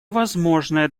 возможное